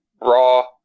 raw